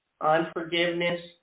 unforgiveness